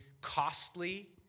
costly